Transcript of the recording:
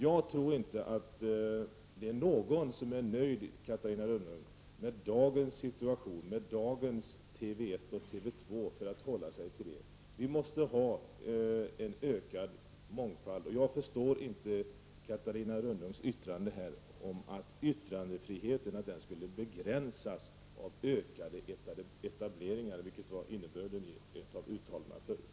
Jag tror inte att någon, Catarina Rönnung, är nöjd med dagens situation och dagens kanal 1 och TV 2. Vi måste få en ökad mångfald. Jag förstår inte Catarina Rönnungs tal om att yttrandefriheten skulle begränsas med fler etableringar. Det var innebörden i ett av hennes uttalanden.